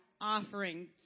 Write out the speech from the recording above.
offering